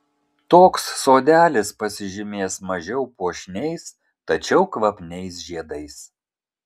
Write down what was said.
toks sodelis pasižymės mažiau puošniais tačiau kvapniais žiedais